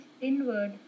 inward